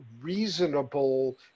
reasonable